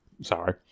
Sorry